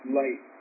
light